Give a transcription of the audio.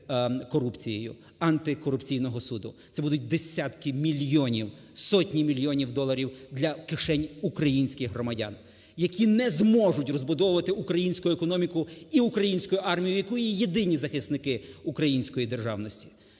з корупцією, Антикорупційного суду. Це будуть десятки мільйонів, сотні мільйонів доларів для кишень українських громадян, які не зможуть розбудовувати українську економіку і українську армію, у якої єдині захисники української державності.